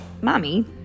Mommy